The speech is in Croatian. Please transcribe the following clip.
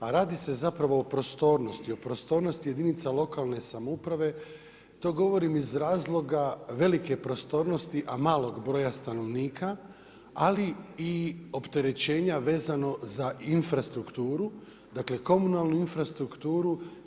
A radi se zapravo o prostornosti jedinica lokalne samouprave, to govorim iz razloga velike prostornosti a malog broja stanovnika ali i opterećenja vezano za infrastrukturu, dakle komunalnu infrastrukturu.